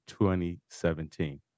2017